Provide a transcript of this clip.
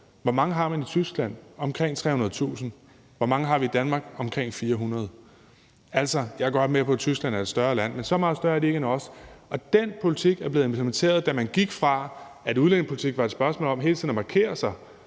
Hvor mange har man i Tyskland? Der har man omkring 300.000. Mange har vi i Danmark? Vi har omkring 400. Altså, jeg er godt med på, at Tyskland er et større land, men så meget større end os er de ikke. Og den politik er blevet implementeret, da man gik fra, at udlændingepolitikken var et spørgsmål om hele tiden at markere sig,